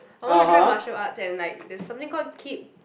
I want to try martial arts and like there's something called keep